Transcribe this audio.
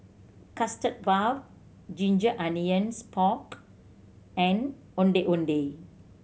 Custard Puff ginger onions pork and Ondeh Ondeh